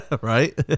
Right